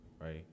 right